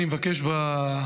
היום,